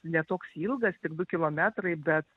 ne toks ilgas tik du kilometrai bet